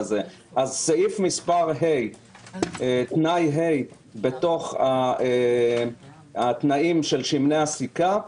אז סעיף ה, תנאי ה בתוך התנאים של שמני הסיכה,